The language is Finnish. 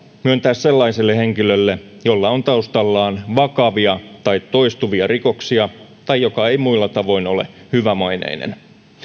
myöntää sellaiselle henkilölle jolla on taustallaan vakavia tai toistuvia rikoksia tai joka ei muilla tavoin ole hyvämaineinen